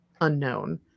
unknown